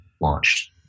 launched